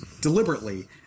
deliberately